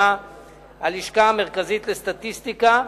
שפרסמה הלשכה המרכזית לסטטיסטיקה.